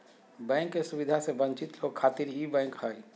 bank के सुविधा से वंचित लोग खातिर ई बैंक हय